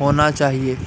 होना चाहिए?